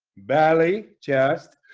bali chest